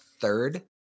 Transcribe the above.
third